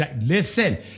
Listen